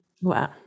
Wow